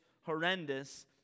horrendous